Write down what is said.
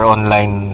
Online